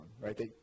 right